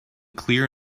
clear